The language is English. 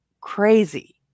crazy